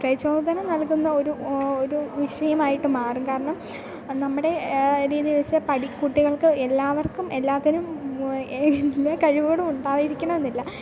പ്രചോദനം നൽകുന്ന ഒരു ഒരു വിഷയമായിട്ട് മാറും കാരണം നമ്മുടെ രീതി വെച്ച് പഠി കുട്ടികൾക്ക് എല്ലാവർക്കും എല്ലാറ്റിനും എല്ലാ കഴിവുകളും ഉണ്ടായിരിക്കണമെന്നില്ല